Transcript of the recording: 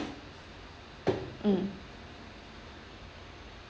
mm